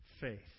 faith